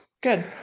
Good